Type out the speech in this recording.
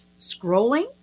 scrolling